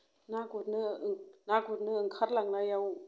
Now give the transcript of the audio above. ना गुरनो ना गुरनो ओंखारलांनायाव